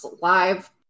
Live